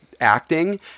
acting